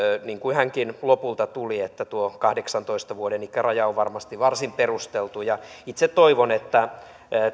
niin kuin hänkin lopulta totesi tuo kahdeksantoista vuoden ikäraja on varmasti varsin perusteltu itse toivon että